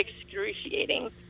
excruciating